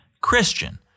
Christian